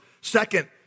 Second